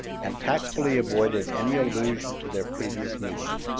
and tactfully avoiding any allusion to their previous meeting,